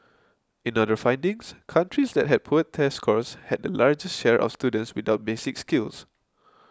in other findings countries that had poor test scores had the largest share of students without basic skills